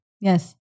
Yes